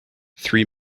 three